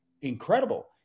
incredible